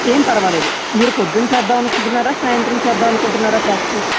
ఏం పర్వాలేదు మీరు పొద్దున చేద్దామనుకుంటున్నారా సాయంత్రం చేద్దాం అనుకుంటున్నారా ప్రాక్టీస్